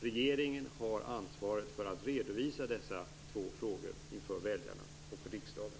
Regeringen har ansvaret för att redovisa dessa två frågor inför väljarna och för riksdagen.